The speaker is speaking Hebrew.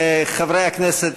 חברי הכנסת,